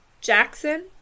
Jackson